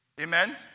Amen